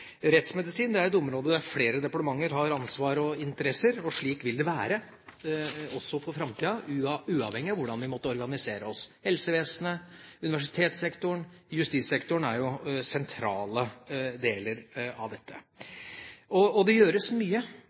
Rettsmedisin er et område der flere departementer har ansvar og interesser. Slik vil det være også i framtida, uavhengig av hvordan vi måtte organisere oss. Helsevesenet, universitetssektoren og justissektoren er sentrale deler av dette. Det gjøres mye